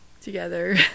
together